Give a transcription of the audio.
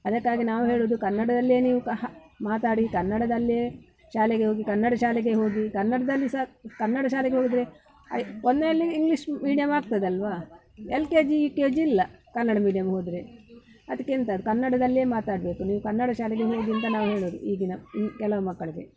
ಅದಕ್ಕಾಗಿ ನಾವು ಹೇಳುವುದು ಕನ್ನಡದಲ್ಲೆ ನೀವು ಮಾತಾಡಿ ಕನ್ನಡದಲ್ಲೆ ಶಾಲೆಗೆ ಹೋಗಿ ಕನ್ನಡ ಶಾಲೆಗೆ ಹೋಗಿ ಕನ್ನಡದಲ್ಲಿ ಸಹ ಕನ್ನಡ ಶಾಲೆಗೆ ಹೋದರೆ ಐ ಒಂದನೇಯಲ್ಲಿ ಇಂಗ್ಲೀಷ್ ಮೀಡಿಯಮ್ ಆಗ್ತದಲ್ಲವಾ L K G U K G ಇಲ್ಲ ಕನ್ನಡ ಮೀಡಿಯಮ್ಮಿಗೋದ್ರೆ ಅದಕ್ಕೆ ಎಂಥ ಕನ್ನಡದಲ್ಲೆ ಮಾತಾಡಬೇಕು ನೀವು ಕನ್ನಡ ಶಾಲೆಗೆ ಹೋಗಿ ಅಂತ ನಾವು ಹೇಳೋದು ಈಗಿನ ಈ ಕೆಲವು ಮಕ್ಕಳಿಗೆ